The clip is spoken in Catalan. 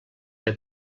que